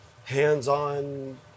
hands-on